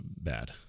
bad